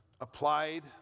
applied